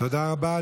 תודה רבה.